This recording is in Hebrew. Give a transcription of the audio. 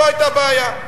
לא היתה בעיה.